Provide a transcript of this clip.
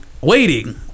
Waiting